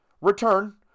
return